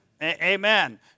Amen